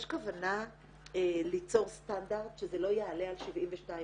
יש כוונה ליצור סטנדרט שזה לא יעלה על 72 שעות.